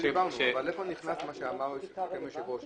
איפה נכנס מה שסיכם היושב-ראש,